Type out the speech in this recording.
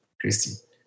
Christy